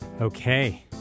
okay